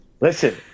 Listen